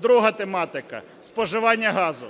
Друга тематика – споживання газу.